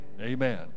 Amen